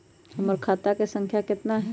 हमर खाता के सांख्या कतना हई?